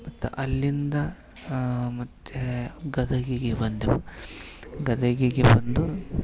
ಮತ್ತೆ ಅಲ್ಲಿಂದ ಮತ್ತು ಗದಗಿಗೆ ಬಂದೆವು ಗದಗಿಗೆ ಬಂದು